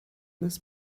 this